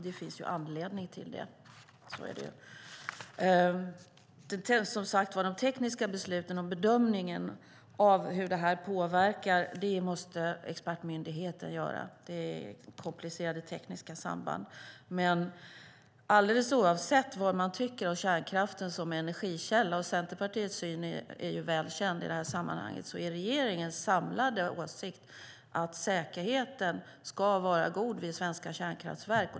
Det finns anledning till det. De tekniska besluten och bedömningen måste expertmyndigheten göra. Det är fråga om komplicerade tekniska samband. Alldeles oavsett vad man tycker om kärnkraften som energikälla - Centerpartiets syn är välkänd i sammanhanget - är regeringens samlade åsikt att säkerheten ska vara god vid svenska kärnkraftverk.